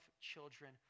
children